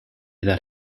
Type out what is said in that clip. that